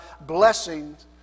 blessings